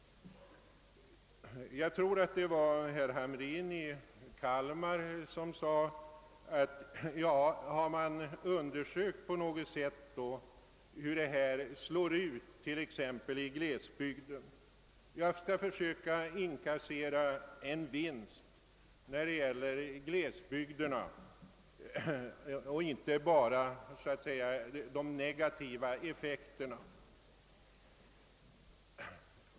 Jag tror att det var herr Hamrin i Kalmar som frågade om man undersökt, hur följderna av 1963 års beslut slår ut i glesbygderna. Jag skall försöka inkassera åtminstone en vinst av detta beslut när det gäller glesbygderna och inte bara uppehålla mig vid de negativa effekterna.